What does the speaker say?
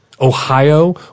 Ohio